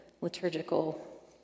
liturgical